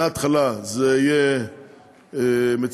שמההתחלה זה יהיה מצוין.